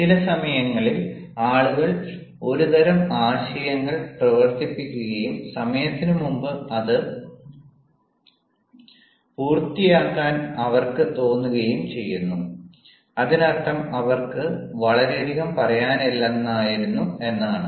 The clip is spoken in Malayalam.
ചില സമയങ്ങളിൽ ആളുകൾ ഒരു തരം ആശയങ്ങൾ പ്രവർത്തിപ്പിക്കുകയും സമയത്തിന് മുമ്പ് അത് പൂർത്തിയാക്കാൻ അവർക്ക് തോന്നുകയും ചെയ്യുന്നു അതിനർത്ഥം അവർക്ക് വളരെയധികം പറയാനില്ലായിരുന്നു എന്നാണ്